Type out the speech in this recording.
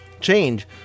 change